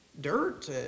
dirt